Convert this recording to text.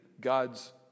God's